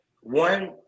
one